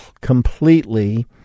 completely